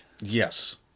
Yes